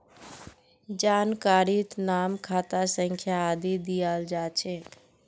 जानकारीत नाम खाता संख्या आदि दियाल जा छेक